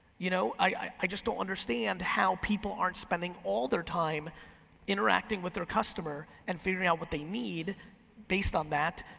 you know i just don't understand how people aren't spending all their time interacting with their customer, and figuring out what they need based on that,